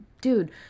dude